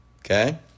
Okay